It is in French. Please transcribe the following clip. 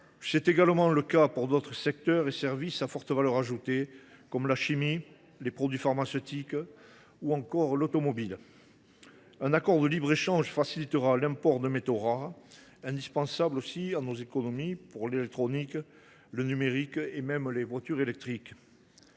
C’est également le cas d’autres secteurs et services à forte valeur ajoutée, comme la chimie, les produits pharmaceutiques ou encore l’automobile. Un accord de libre échange facilitera l’import de métaux rares, indispensables aussi à nos économies pour l’électronique, le numérique et même les voitures électriques.